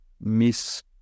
miss